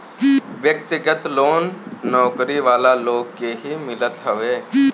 व्यक्तिगत लोन नौकरी वाला लोग के ही मिलत हवे